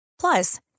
Plus